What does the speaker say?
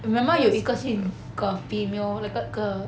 I remember 有一个姓 a female 那个 g~